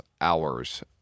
hours